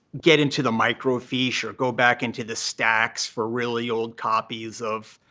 get into the microfiche or go back into the stacks for really old copies of,